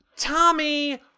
Tommy